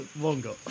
longer